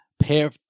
pair